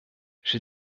j’ai